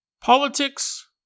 Politics